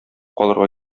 калырга